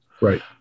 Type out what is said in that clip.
Right